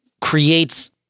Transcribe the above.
creates